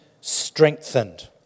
strengthened